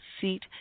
seat